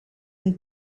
een